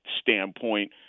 standpoint